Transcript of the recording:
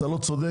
אתה לא צודק.